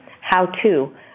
how-to